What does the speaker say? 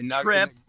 trip